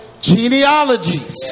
genealogies